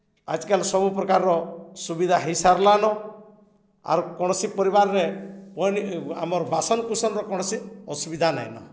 ଆଏଜ୍କାଏଲ୍ ସବୁ ପ୍ରକାର୍ର ସୁବିଧା ହେଇସାର୍ଲାନ ଆର୍ କୌଣସି ପରିବାର୍ରେ ଆମର୍ ବାସନ୍କୁୁସନ୍ର କୌଣସି ଅସୁବିଧା ନାଇଁନ